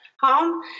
home